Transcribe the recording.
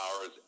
hours